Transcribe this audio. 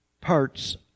parts